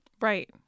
Right